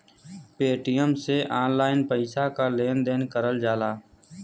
Paytm से online पइसा क लेन देन करल जाला